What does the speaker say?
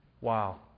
Wow